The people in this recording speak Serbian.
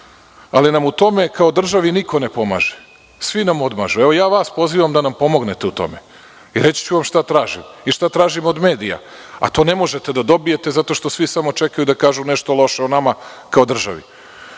Ali nam u tome kao državi niko ne pomaže. Svi nam odmažu. Ja vas pozivam da nam pomognete u tome. Reći ću vam šta tražim i šta tražim od medija, a to ne možete da dobijete zato što svi samo čekaju da kažu nešto loše o nama kao državi.